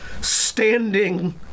standing